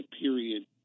period